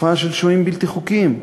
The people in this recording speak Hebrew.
תופעה של שוהים בלתי חוקיים.